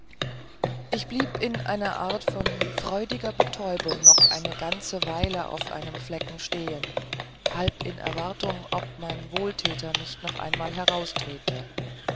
ich blieb in einer art von freudiger betäubung noch eine ganze weile auf einem flecke stehn halb in erwartung ob mein wohltäter nicht noch einmal